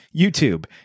YouTube